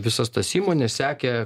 visas tas įmonės sekė